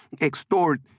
extort